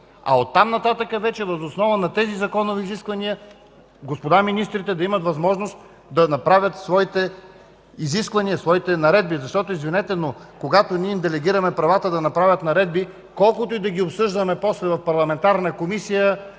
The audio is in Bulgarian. а оттам нататък въз основа на тези законови изисквания господа министрите да имат възможност да направят своите наредби. Защото, извинете, но когато ние им делегираме правата да направят наредби, колкото и да ги обсъждаме после в парламентарната комисия